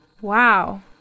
Wow